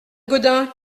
gaudin